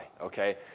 Okay